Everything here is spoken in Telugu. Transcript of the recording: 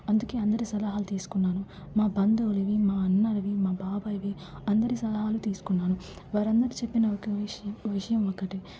అందుకే అందరి సలహాలు తీసుకున్నాను మా బంధువులవి మా అన్నలవి మా బాబాయివి అందరి సలహాలు తీసుకున్నాను వారందరు చెప్పిన ఒక విషయం విషయం ఒకటి